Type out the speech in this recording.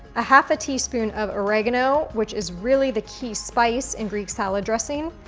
a half a teaspoon of oregano, which is really the key spice in greek salad dressing,